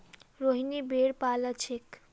रोहिनी भेड़ पा ल छेक